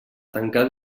tancar